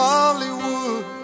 Hollywood